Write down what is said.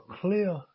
clear